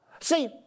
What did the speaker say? See